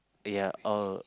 yeah oh